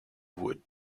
wood